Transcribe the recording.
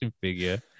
figure